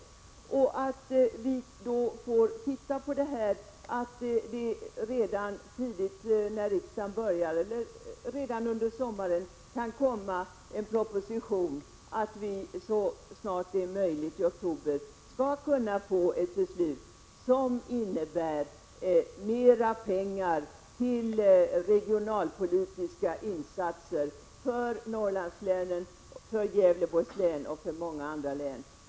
Sedan får vi titta på det här. Om det tidigast i höst eller redan under sommaren kan komma en proposition, då kan vi så snart det är möjligt i oktober få ett beslut som innebär mer pengar till regionalpolitiska insatser för Norrlandslänen, för Gävleborgs län och för många andra län.